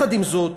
עם זאת,